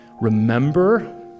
remember